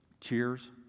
Cheers